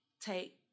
take